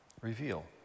reveal